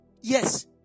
Yes